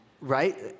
Right